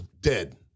dead